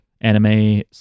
anime